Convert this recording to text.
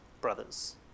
brothers